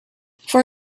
for